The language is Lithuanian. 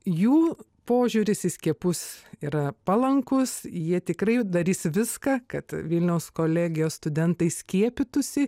jų požiūris į skiepus yra palankus jie tikrai darys viską kad vilniaus kolegijos studentai skiepytųsi